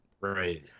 Right